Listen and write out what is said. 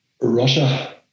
Russia